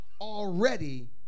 already